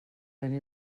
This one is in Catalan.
feina